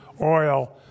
oil